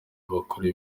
bakore